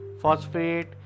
phosphate